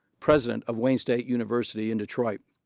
president of wayne state university in detroit.